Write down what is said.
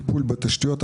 טיפול בתשתיות,